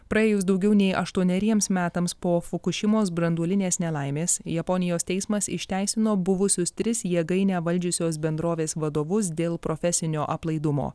praėjus daugiau nei aštuoneriems metams po fukušimos branduolinės nelaimės japonijos teismas išteisino buvusius tris jėgainę valdžiusios bendrovės vadovus dėl profesinio aplaidumo